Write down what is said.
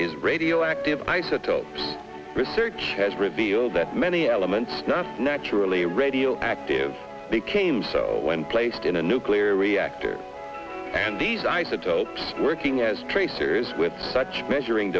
is radioactive isotope research has revealed that many elements not naturally radioactive became so when placed in a nuclear reactor and these isotopes working as tracers with such measuring